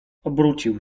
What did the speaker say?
obrócił